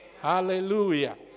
Hallelujah